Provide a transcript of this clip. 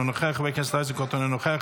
אינו נוכח,